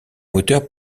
moteurs